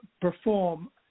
perform